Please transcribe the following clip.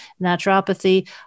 naturopathy